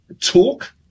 talk